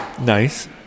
Nice